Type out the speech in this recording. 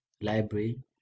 library